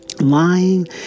Lying